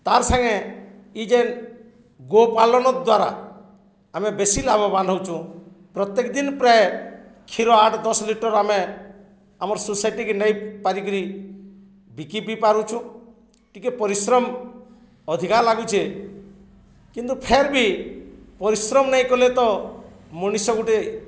ତା'ର୍ ସାଙ୍ଗେ ଇ ଯେନ୍ ଗୋପାଲନ ଦ୍ୱାରା ଆମେ ବେଶୀ ଲାଭବାନ ହେଉଛୁଁ ପ୍ରତ୍ୟେକ ଦିନ ପ୍ରାୟ କ୍ଷୀର ଆଠ ଦଶ ଲିଟର ଆମେ ଆମର୍ ସୋସାଇଟିିକେ ନେଇ ପାରିକିରି ବିକି ବିି ପାରୁଚୁଁ ଟିକେ ପରିଶ୍ରମ ଅଧିକା ଲାଗୁଛେ କିନ୍ତୁ ଫେର୍ ବି ପରିଶ୍ରମ ନେଇ କଲେ ତ ମଣିଷ ଗୁଟେ